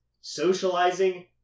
socializing